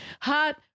hot